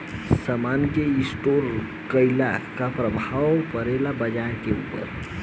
समान के स्टोर काइला से का प्रभाव परे ला बाजार के ऊपर?